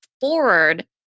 forward